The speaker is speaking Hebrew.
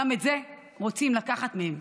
גם את זה רוצים לקחת מהם.